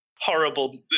horrible